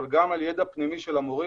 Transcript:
אבל גם עם ידע פנימי של המורים,